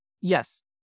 Yes